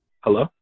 Hello